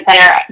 center